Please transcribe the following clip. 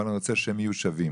אבל אני רוצה שהם יהיו שווים.